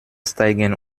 steigen